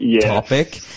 topic